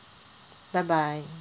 bye bye